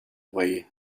way